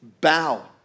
Bow